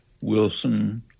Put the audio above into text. Wilson